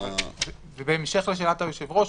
ובהמשך לשאלת היושב-ראש,